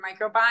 microbiome